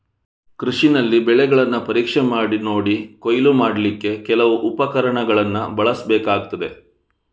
ಕೃಷಿನಲ್ಲಿ ಬೆಳೆಗಳನ್ನ ಪರೀಕ್ಷೆ ಮಾಡಿ ನೋಡಿ ಕೊಯ್ಲು ಮಾಡ್ಲಿಕ್ಕೆ ಕೆಲವು ಉಪಕರಣಗಳನ್ನ ಬಳಸ್ಬೇಕಾಗ್ತದೆ